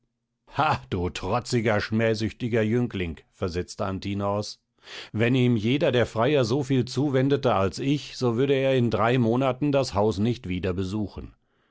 du trotziger schmähsüchtiger jüngling versetzte antinoos wenn ihm jeder der freier soviel zuwendete als ich so würde er in drei monaten das haus nicht wieder besuchen